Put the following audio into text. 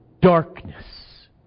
Darkness